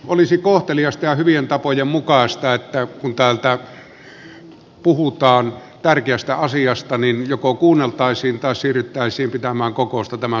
olisi kohteliasta ja hyvien tapojen mukaista että kun täällä puhutaan tärkeästä asiasta joko kuunneltaisiin tai siirryttäisiin pitämään kokousta tämän salin ulkopuolelle